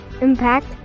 impact